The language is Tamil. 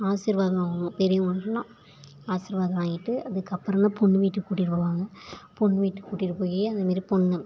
ஆசிர்வாதம் வாங்கணும் பெரியவங்கள்டலாம் ஆசிர்வாதம் வாங்கிட்டு அதுக்கப்புறந்தான் பொண்ணு வீட்டுக்கு கூட்டிகிட்டு போவாங்க பொண்ணு வீட்டுக்கு கூட்டிகிட்டு போய் அதை மாரி பொண்ணு